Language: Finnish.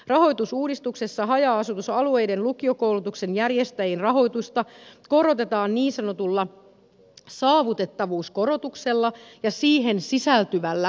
rahoitusuudistuksessa haja asutusalueiden lukiokoulutuksen järjestäjien rahoitusta korotetaan niin sanotulla saavutettavuuskorotuksella ja siihen sisältyvällä syrjäisyyskertoimella